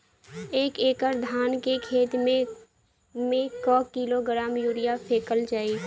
एक एकड़ धान के खेत में क किलोग्राम यूरिया फैकल जाई?